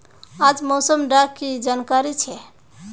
आज मौसम डा की जानकारी छै?